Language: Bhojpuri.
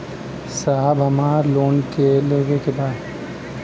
साहब हमरा के लोन लेवे के बा